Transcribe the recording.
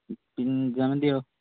ജമന്തിയോ